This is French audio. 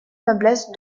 noblesse